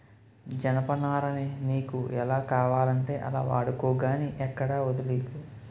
జనపనారని నీకు ఎలా కావాలంటే అలా వాడుకో గానీ ఎక్కడా వొదిలీకు